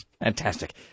Fantastic